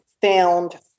found